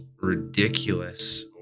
ridiculous